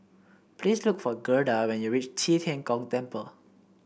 please look for Gerda when you reach Qi Tian Gong Temple